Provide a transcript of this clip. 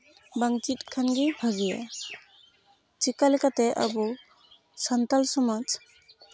ᱵᱟᱝ ᱪᱮᱫ ᱠᱷᱟᱱᱜᱮ ᱵᱷᱟᱜᱮᱭᱟ ᱪᱤᱠᱟᱹ ᱞᱮᱠᱟᱛᱮ ᱟᱵᱚ ᱥᱟᱱᱛᱟᱲ ᱥᱚᱢᱟᱡᱽ